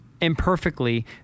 imperfectly